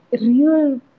real